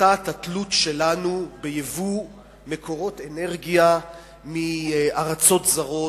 הפחתת התלות שלנו ביבוא מקורות אנרגיה מארצות זרות.